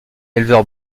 éleveur